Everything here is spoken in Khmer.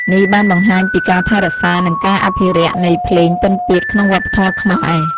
នេះបានបង្ហាញពីការថែរក្សា និងការអភិរក្សនៃភ្លេងពិណពាទ្យក្នុងវប្បធម៌ខ្មែរ។